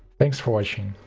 thanks for watching!